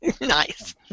Nice